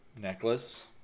necklace